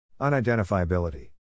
Unidentifiability